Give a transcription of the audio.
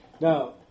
Now